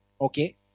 Okay